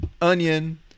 onion